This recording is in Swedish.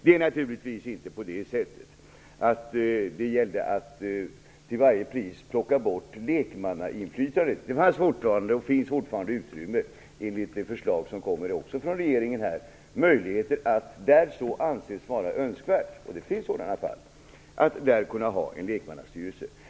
Det gällde naturligtvis inte att till varje pris plocka bort lekmannainflytandet. Det finns fortfarande, enligt det förslag som kommer från regeringen, utrymme för att där så anses vara önskvärt - och det finns sådana fall - kunna ha en lekmannastyrelse.